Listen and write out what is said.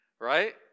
right